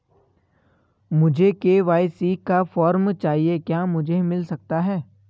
मुझे के.वाई.सी का फॉर्म चाहिए क्या मुझे मिल सकता है?